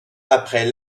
après